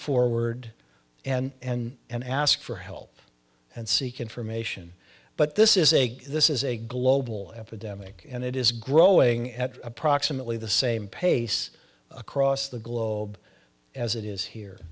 forward and and ask for help and seek information but this is a this is a global epidemic and it is growing at approximately the same pace across the globe as it is here